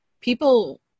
people